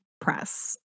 press